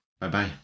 Bye-bye